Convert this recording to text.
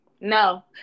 No